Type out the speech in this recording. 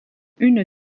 une